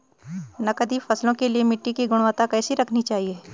नकदी फसलों के लिए मिट्टी की गुणवत्ता कैसी रखनी चाहिए?